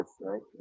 right